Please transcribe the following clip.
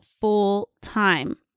full-time